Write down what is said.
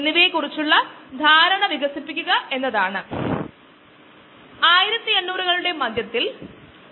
ഈ പ്രഭാഷണത്തിൽ നമുക്ക് ബാച്ച് ബയോറിയാക്ടറിൽ ശ്രദ്ധ കേന്ദ്രീകരിക്കാം